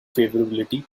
favorability